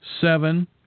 seven